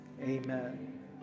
Amen